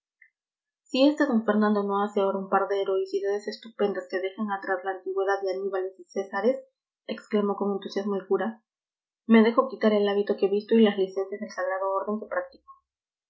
este d fernando no hace ahora un par de heroicidades estupendas que dejen atrás la antigüedad de aníbales y césares exclamó con entusiasmo el cura me dejo quitar el hábito que visto y las licencias del sagrado orden que practico